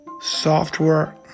software